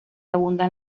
abundan